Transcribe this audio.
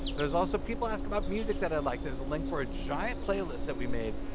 there's also people asking about music that i like. there's a link for a giant playlist that we made.